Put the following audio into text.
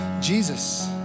Jesus